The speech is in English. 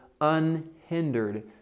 unhindered